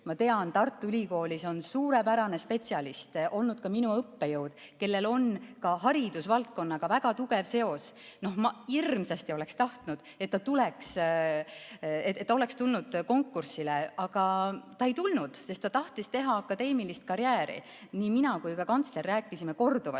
tean, et Tartu Ülikoolis on suurepärane spetsialist, olnud minugi õppejõud, kellel on ka haridusvaldkonnaga väga tugev seos. Ma hirmsasti tahtsin, et ta oleks tulnud konkursile, aga ta ei tulnud, sest ta tahtis teha akadeemilist karjääri. Nii mina kui ka kantsler rääkisime korduvalt